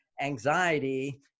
anxiety